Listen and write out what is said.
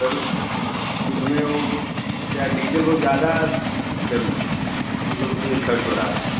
sir उसमे उसमें वो क्या डीजल बहुत ज़्यादा कर मतलब उसमें खर्च हो रहा है